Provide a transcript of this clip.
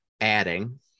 adding